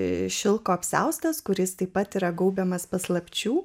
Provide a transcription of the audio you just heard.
šilko apsiaustas kuris taip pat yra gaubiamas paslapčių